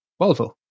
Volvo